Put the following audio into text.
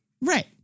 Right